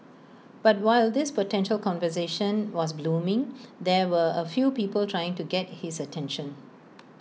but while this potential conversation was blooming there were A few people trying to get his attention